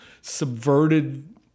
subverted